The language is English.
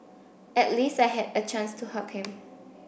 at least I had a chance to hug him